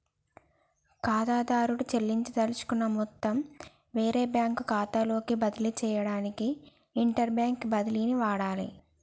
ఖాతాదారుడు చెల్లించదలుచుకున్న మొత్తం వేరే బ్యాంకు ఖాతాలోకి బదిలీ చేయడానికి ఇంటర్బ్యాంక్ బదిలీని వాడాలే